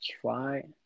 try